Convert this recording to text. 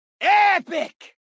Epic